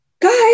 guys